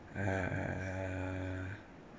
err